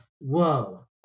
whoa